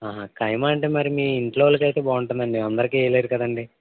ఖైమా అంటే మరి మీ ఇంట్లో వాళ్ళకైతే బాగుంటుందండి అందరికి వేయలేరు కదండి